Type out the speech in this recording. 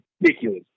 ridiculous